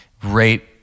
Great